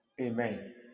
Amen